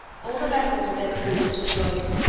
all the vessels with their crews were destroyed,